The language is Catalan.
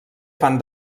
fan